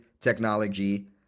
technology